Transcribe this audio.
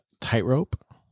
tightrope